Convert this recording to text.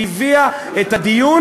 שהביאה את הדיון,